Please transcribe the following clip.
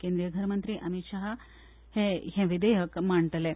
केंद्रीय घर मंत्री अमीत शाह हे हें विधेयक मांडटलें